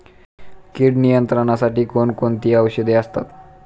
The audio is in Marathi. कीड नियंत्रणासाठी कोण कोणती औषधे असतात?